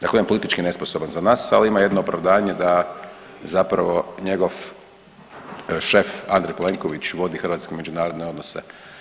Dakle, jedan politički nesposoban za nas, ali ima jedno opravdanje da zapravo njegov šef Andrej Plenković vodi hrvatske međunarodne odnose.